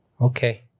Okay